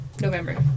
November